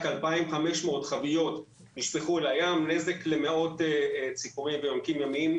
כ-2,500 חביות נשפכו אל הים נזק למאות ציפורים ויונקים ימיים,